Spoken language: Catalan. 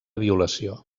violació